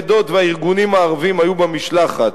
העדות והארגונים הערביים היו במשלחת,